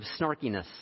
snarkiness